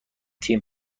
تیم